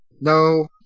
no